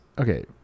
okay